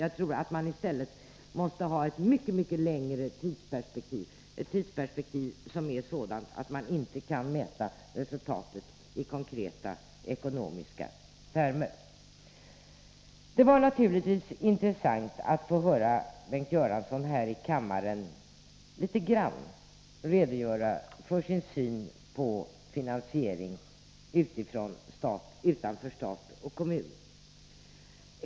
Jag tror att man i stället måste ha ett mycket längre tidsperspektiv, ett tidsperspektiv som är sådant att man inte kan mäta resultatet i konkreta ekonomiska termer. Det var naturligtvis intressant att få höra Bengt Göransson här i kammaren litet grand redogöra för sin syn på finansiering utanför stat och kommun.